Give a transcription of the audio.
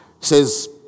Says